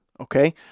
Okay